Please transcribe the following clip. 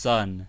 Sun